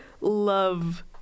love